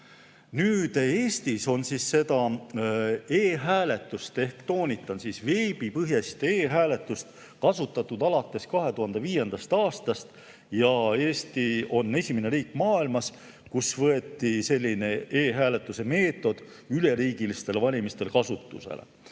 Eestis on seda e‑hääletust ehk, toonitan, veebipõhist e‑hääletust kasutatud alates 2005. aastast. Eesti on esimene riik maailmas, kus võeti selline e‑hääletuse meetod üleriigilistel valimistel kasutusele.